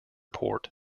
port